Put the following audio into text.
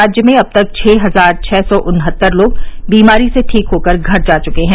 राज्य में अब तक छः हजार छः सौ उनहत्तर लोग बीमारी से ठीक होकर घर जा चुके हैं